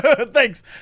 Thanks